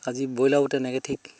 আজি ব্ৰয়লাৰও তেনেকৈ ঠিক